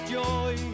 joy